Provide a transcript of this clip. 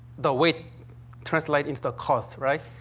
the weight translates into cost, right?